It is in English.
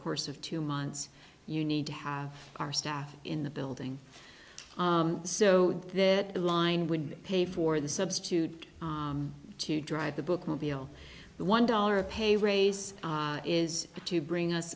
course of two months you need to have our staff in the building so that would pay for the substitute to drive the bookmobile the one dollar a pay raise is to bring us